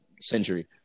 century